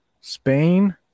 Spain